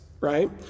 right